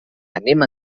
anem